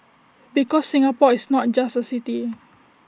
because Singapore is not just A city